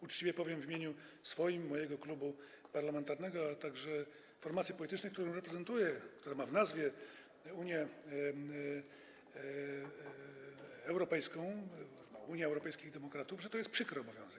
Uczciwie powiem w imieniu swoim i mojego klubu parlamentarnego, a także formacji politycznej, którą reprezentuję, która ma w nazwie Unię Europejską - Unii Europejskich Demokratów, że to jest przykry obowiązek.